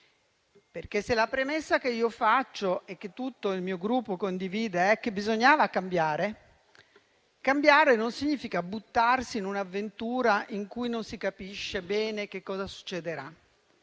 perché se la premessa che faccio e che tutto il mio Gruppo condivide è che bisognava cambiare, cambiare però non significa buttarsi in un'avventura in cui non si capisce bene che cosa succederà.